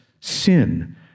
sin